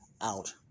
out